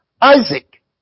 Isaac